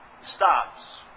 stops